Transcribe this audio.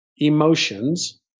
emotions